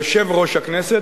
יושב-ראש הכנסת,